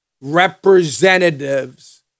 representatives